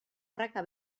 praka